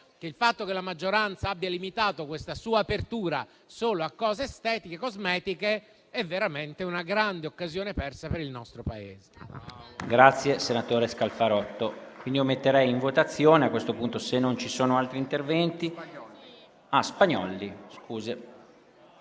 che il fatto che la maggioranza abbia limitato la sua apertura solo a questioni estetiche e cosmetiche è veramente una grande occasione persa per il nostro Paese.